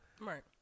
Right